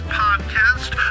podcast